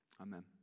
Amen